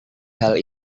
hal